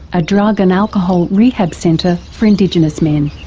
a drug and alcohol rehab centre for indigenous men.